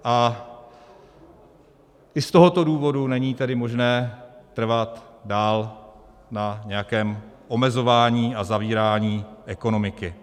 AI z tohoto důvodu není možné trvat dál na nějakém omezování a zavírání ekonomiky.